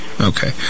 Okay